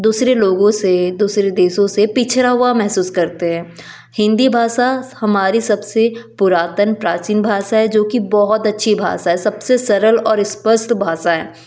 दूसरे लोगों से दूसरे देशों से पिछड़ा हुआ महसूस करते हैं हिंदी भाषा हमारी सबसे पुरातन प्राचीन भाषा है जो कि बहुत अच्छी भाषा है सबसे सरल और स्पष्ट भाषा है